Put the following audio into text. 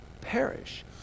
perish